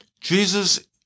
Jesus